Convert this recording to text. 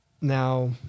now